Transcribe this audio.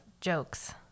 jokes